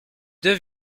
deux